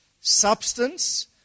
Substance